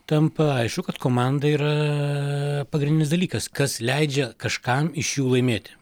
tampa aišku kad komanda yra pagrindinis dalykas kas leidžia kažkam iš jų laimėti